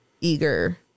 eager